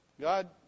God